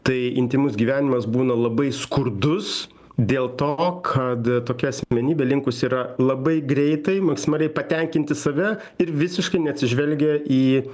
tai intymus gyvenimas būna labai skurdus dėl to kad tokia asmenybė linkus yra labai greitai maksimaliai patenkinti save ir visiškai neatsižvelgia į